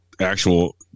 actual